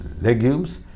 legumes